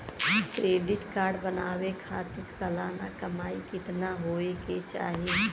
Credit card बनवावे खातिर सालाना कमाई कितना होए के चाही?